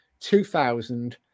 2000